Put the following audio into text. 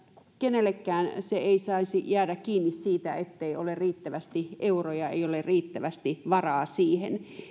kenelläkään se ei saisi jäädä kiinni siitä ettei ole riittävästi euroja ei ole riittävästi varaa siihen